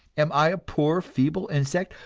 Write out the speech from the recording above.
am i a poor, feeble insect,